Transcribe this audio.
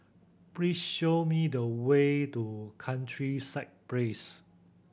please show me the way to Countryside Place